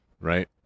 right